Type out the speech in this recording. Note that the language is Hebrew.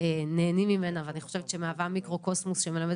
נהנים ממנה ואני חושבת שהיא מהווה מיקרו-קוסמוס שמלמד